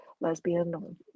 lesbian